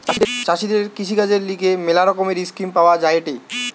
চাষীদের কৃষিকাজের লিগে ম্যালা রকমের স্কিম পাওয়া যায়েটে